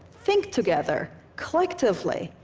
think together collectively,